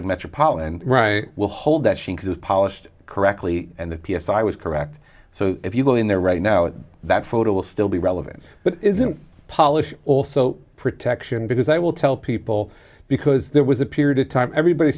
like metropolitan right will hold that she has polished correctly and that p s i was correct so if you go in there right now that photo will still be relevant but isn't polish also protection because i will tell people because there was a period of time everybody